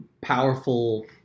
powerful